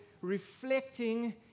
reflecting